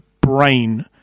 brain